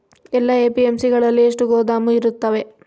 ಎಲ್ಲಾ ಎ.ಪಿ.ಎಮ್.ಸಿ ಗಳಲ್ಲಿ ಎಷ್ಟು ಗೋದಾಮು ಇರುತ್ತವೆ?